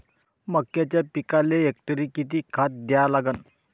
मक्याच्या पिकाले हेक्टरी किती खात द्या लागन?